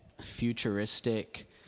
futuristic